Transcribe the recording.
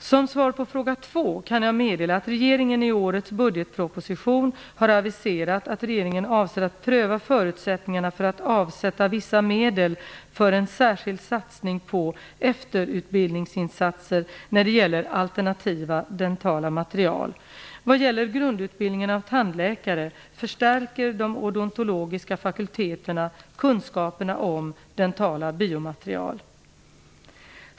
Som svar på fråga två kan jag meddela att regeringen i årets budgetproposition har aviserat att regeringen avser att pröva förutsättningarna för att avsätta vissa medel för en särskild satsning på efterutbildningsinsatser när det gäller alternativa dentala material. Vad gäller grundutbildningen av tandläkare förstärker de odontologiska fakulteterna kunskaperna om dentala biomaterial.